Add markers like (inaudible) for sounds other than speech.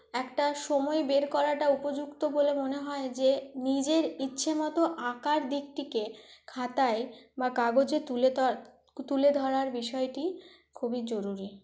একটা সময় বের করাটা উপযুক্ত বলে মনে হয় যে নিজের ইচ্ছে মতো আঁকার দিকটিকে খাতায় বা কাগজে তুলে (unintelligible) তুলে ধরার বিষয়টি খুবই জরুরি